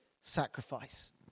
sacrifice